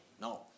No